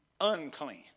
unclean